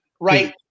right